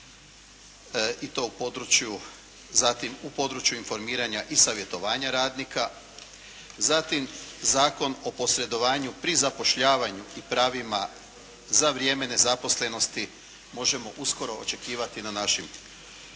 zatim u području informiranja i savjetovanja radnika, zatim Zakon o posredovanju pri zapošljavanju i pravima za vrijeme nezaposlenosti možemo uskoro očekivati na našim klupama